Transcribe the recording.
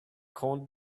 corned